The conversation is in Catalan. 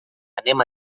anem